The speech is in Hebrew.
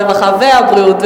הרווחה והבריאות,